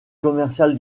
commercial